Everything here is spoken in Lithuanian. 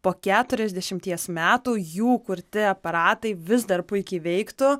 po keturiasdešimties metų jų kurti aparatai vis dar puikiai veiktų